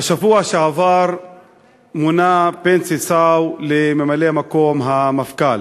בשבוע שעבר מונה בנצי סאו לממלא-מקום המפכ"ל.